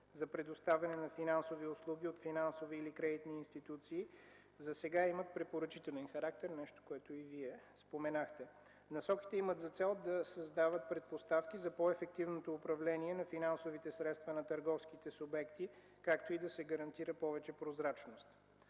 за предоставяне на финансови услуги от финансови или кредитни институции засега имат препоръчителен характер, нещо което и Вие споменахте. Насоките имат за цел да създават предпоставки за по-ефективното управление на финансовите средства на търговските субекти, както и да се гарантира повече прозрачност.